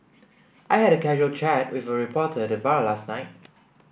I had a casual chat with a reporter at the bar last night